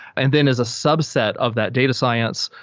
and then as a subset of that data science,